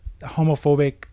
homophobic